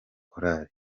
korali